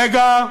"מגה"